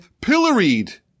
pilloried